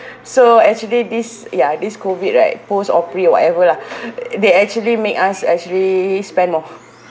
so actually this ya this COVID right post or pre or whatever lah they actually make us actually spend more